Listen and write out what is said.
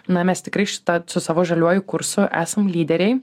na mes tikrai šita su savo žaliuoju kursu esam lyderiai